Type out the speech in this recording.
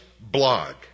blog